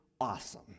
awesome